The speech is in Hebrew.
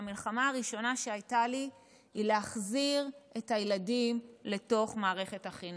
והמלחמה הראשונה שהייתה לי היא להחזיר את הילדים לתוך מערכת החינוך,